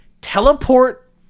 teleport